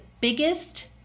biggest